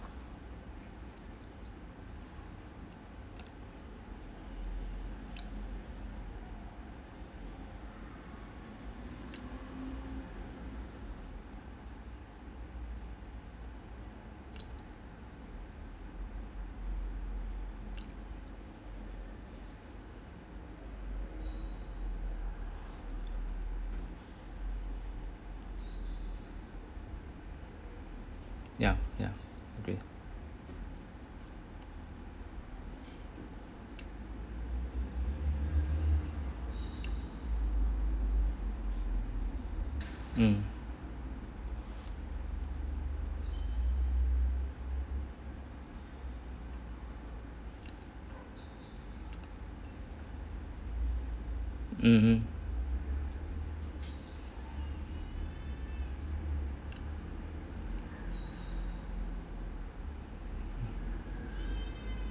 ya ya agree mm mmhmm